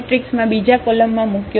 મેટ્રિક્સમાં બીજા કોલમમાં મૂક્યો છે